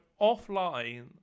offline